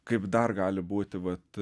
kaip dar gali būti vat